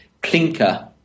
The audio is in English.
clinker